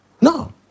No